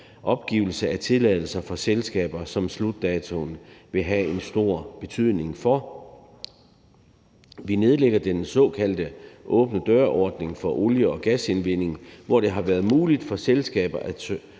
opgivelse af tilladelser for selskaber, som slutdatoen vil have en stor betydning for. Vi nedlægger den såkaldte åbne dør-ordning for olie- og gasindvinding, hvor det har været muligt for selskaber at